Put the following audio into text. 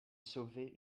sauver